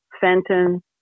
Fenton